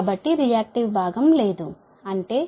కాబట్టి రియాక్టివ్ భాగం లేదు అంటే QSQR0